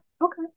Okay